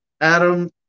Adam